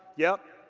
yep,